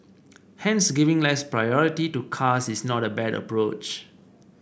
hence giving less priority to cars is not a bad approach